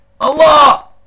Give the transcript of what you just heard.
Allah